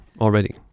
already